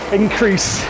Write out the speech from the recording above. increase